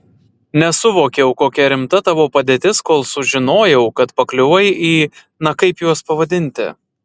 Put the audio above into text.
nesuvokiau kokia rimta tavo padėtis kol sužinojau kad pakliuvai į na kaip juos pavadinti